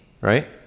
right